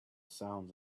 sounds